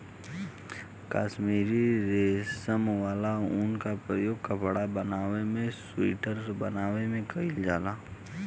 काश्मीरी रेशा वाला ऊन के प्रयोग कपड़ा बनावे में सुइटर बनावे में कईल जाला